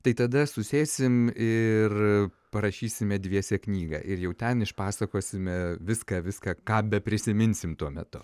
tai tada susėsim ir parašysime dviese knygą ir jau ten išpasakosime viską viską ką beprisiminsim tuo metu